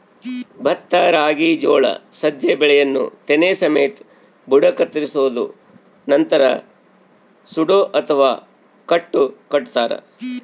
ಭತ್ತ ರಾಗಿ ಜೋಳ ಸಜ್ಜೆ ಬೆಳೆಯನ್ನು ತೆನೆ ಸಮೇತ ಬುಡ ಕತ್ತರಿಸೋದು ನಂತರ ಸೂಡು ಅಥವಾ ಕಟ್ಟು ಕಟ್ಟುತಾರ